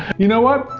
you know what,